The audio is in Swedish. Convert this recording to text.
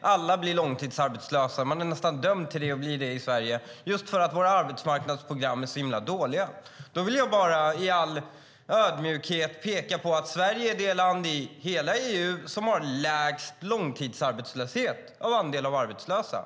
alla blir långtidsarbetslösa - man är nästan dömd att bli det i Sverige - just för att våra arbetsmarknadsprogram är så himla dåliga. Då vill jag bara i all ödmjukhet peka på att Sverige är det land i hela EU som har lägst långtidsarbetslöshet i andel av arbetslösa.